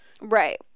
Right